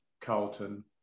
Carlton